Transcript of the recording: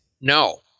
No